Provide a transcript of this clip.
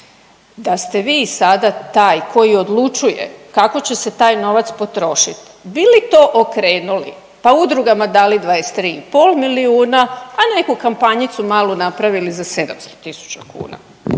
Da ste vi sada taj koji odlučuje kako će se taj novac potrošiti bi li to okrenuli pa udrugama dali 23,5 milijuna, a neku kampanjicu malu napravili za 700 tisuća kuna.